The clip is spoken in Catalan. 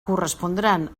correspondran